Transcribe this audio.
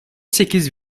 sekiz